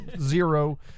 zero